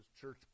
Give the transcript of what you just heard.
church